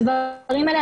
הדברים האלה,